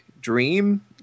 Dream